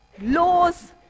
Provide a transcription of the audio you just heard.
laws